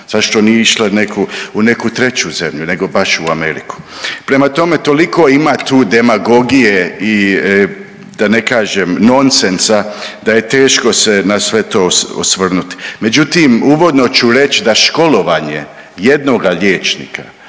Zašto nije išla u neku treću zemlju nego baš u Ameriku? Prema tome, toliko ima tu demagogije i da ne kažem nonsensa da je teško se na sve to osvrnuti. Međutim, uvodno ću reći da školovanje jednoga liječnika